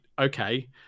Okay